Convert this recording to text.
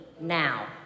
now